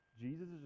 Jesus